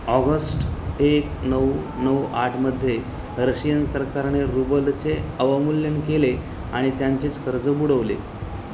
August एक नऊ नऊ आठमध्ये रशियन सरकारने रुबलचे अवमूल्यन केले आणि त्यांचेच कर्ज बुडवले